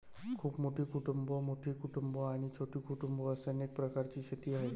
खूप मोठी कुटुंबं, मोठी कुटुंबं आणि छोटी कुटुंबं असे अनेक प्रकारची शेती आहे